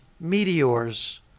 meteors